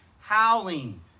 howling